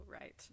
right